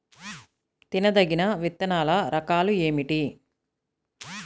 తినదగిన విత్తనాల రకాలు ఏమిటి?